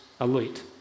elite